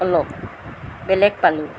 অলপ বেলেগ পালোঁ